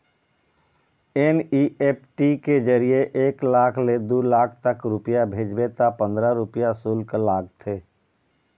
NEFT के जरिए एक लाख ले दू लाख तक रूपिया भेजबे त पंदरा रूपिया सुल्क लागथे